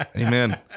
Amen